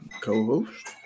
co-host